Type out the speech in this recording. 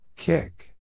Kick